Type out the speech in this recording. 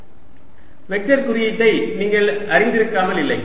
dlEY∂XXY EX∂yXYEY∂X EX∂yA vector குறியீட்டை நீங்கள் அறிந்திருக்காமல் இல்லை